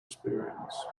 experience